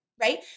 Right